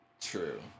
True